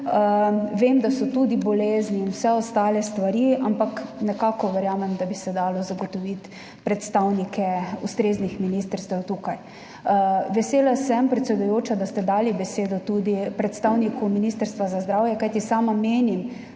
Vem, da so tudi bolezni in vse ostale stvari, ampak nekako verjamem, da bi se dalo zagotoviti predstavnike ustreznih ministrstev tukaj. Vesela sem, predsedujoča, da ste dali besedo tudi predstavniku Ministrstva za zdravje, kajti sama menim,